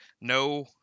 no